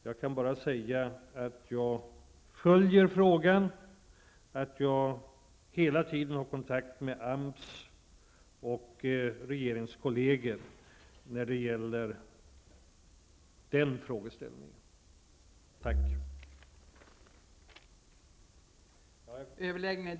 Jag kan bara säga att jag följer frågan och att jag hela tiden har kontakt med AMS och regeringskolleger när det gäller den frågeställningen.